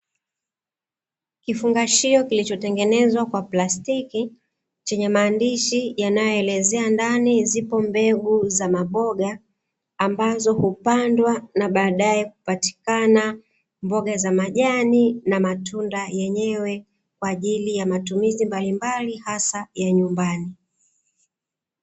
Kifungashio kilichotengenezwa kwa plastiki, chenye maandishi yanayoelezea ndani zipo mbegu za maboga, ambazo hupandwa na baadaye kupatikana mboga za majani na matunda yenyewe, kwa ajili ya matumizi mbalimbali hasa ya nyumbani.